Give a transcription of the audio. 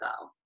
go